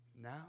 now